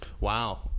Wow